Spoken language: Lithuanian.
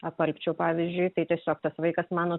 apalpčiau pavyzdžiui tai tiesiog tas vaikas mano